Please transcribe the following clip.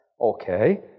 okay